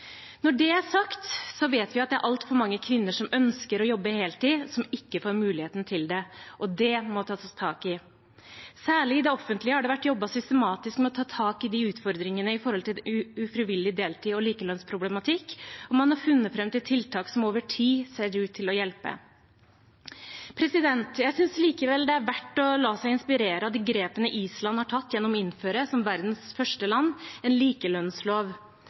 Når det er sagt, vet vi at det er altfor mange kvinner som ønsker å jobbe heltid, som ikke får muligheten til det, og det må det tas tak i. Særlig i det offentlige har det vært jobbet systematisk med å ta tak i utfordringene med hensyn til ufrivillig deltid og likelønnsproblematikk, og man har funnet fram til tiltak som over tid ser ut til å hjelpe. Jeg synes likevel det er verdt å la seg inspirere av de grepene Island har tatt gjennom å innføre – som verdens første land – en likelønnslov.